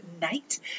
night